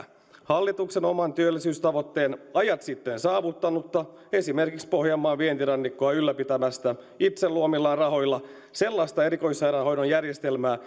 hallituksen oman työllisyystavoitteen ajat sitten saavuttanutta pohjanmaan vientirannikkoa ylläpitämästä itse luomillaan rahoilla sellaista erikoissairaanhoidon järjestelmää